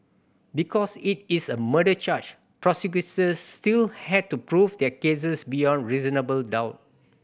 because it is a murder charge prosecutors still had to prove their cases beyond reasonable doubt